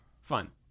fun